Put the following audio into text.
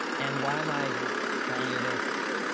and why am i telling you this?